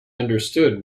understood